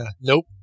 Nope